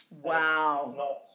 Wow